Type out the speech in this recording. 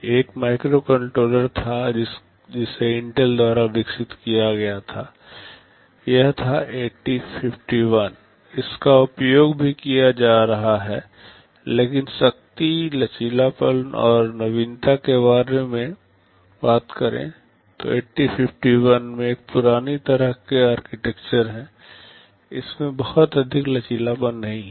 एक माइक्रोकंट्रोलर था जिसे इंटेल द्वारा विकसित किया गया था यह था 8051 इसका उपयोग अभी भी किया जा रहा है लेकिन शक्ति लचीलापन और नवीनता की बात करें तो 8051 में एक पुरानी तरह की आर्किटेक्चर है इसमें बहुत अधिक लचीलापन नहीं है